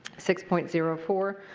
six point zero four,